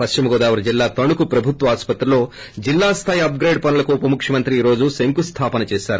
పశ్చిమగోదావరె జిల్లా తణుకు ప్రభుత్వాస్పత్రిలో జిల్లా స్థాయి అప్ గ్రేడ్ పనులకు ఉపముఖ్యమంత్రి ఈ రోజు శంఖుస్థాపన చేసారు